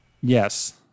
Yes